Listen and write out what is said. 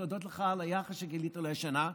להודות לך על היחס שגילית אליי השנה,